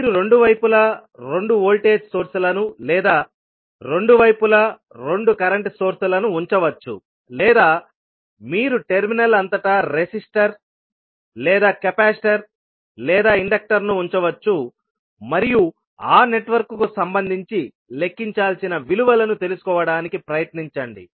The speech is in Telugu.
మీరు రెండు వైపులా రెండు వోల్టేజ్ సోర్స్ లను లేదా రెండు వైపులా రెండు కరెంట్ సోర్స్ లను ఉంచవచ్చు లేదా మీరు టెర్మినల్ అంతటా రెసిస్టర్ లేదా కెపాసిటర్ లేదా ఇండక్టర్ను ఉంచవచ్చు మరియు ఆ నెట్వర్క్కు సంబంధించి లెక్కించాల్సిన విలువలను తెలుసుకోవడానికి ప్రయత్నించండి